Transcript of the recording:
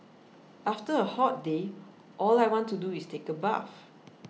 after a hot day all I want to do is take a bath